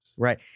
Right